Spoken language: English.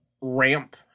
ramp